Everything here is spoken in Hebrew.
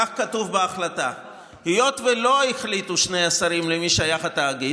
כך כתוב בהחלטה: היות שלא החליטו שני השרים למי שייך התאגיד,